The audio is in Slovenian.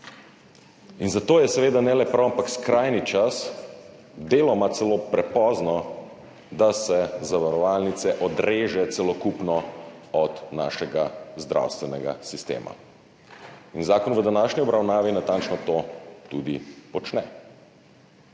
Zato je seveda ne le prav, ampak tudi skrajni čas, deloma celo prepozno, da se zavarovalnice celokupno odreže od našega zdravstvenega sistema. Zakon v današnji obravnavi natančno to tudi počne.